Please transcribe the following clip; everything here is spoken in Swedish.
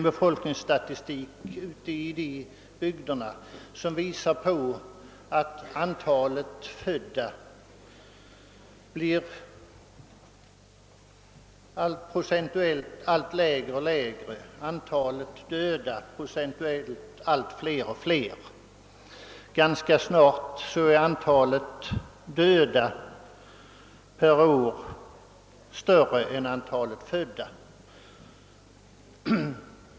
Befolkningsstatistiken i de berörda bygderna kommer ganska snart att visa att antalet födda procentuellt blir allt lägre och antalet döda procentuellt allt högre. Inom en relativt snar framtid kommer antalet döda per år att vara större än antalet födda.